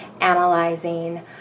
analyzing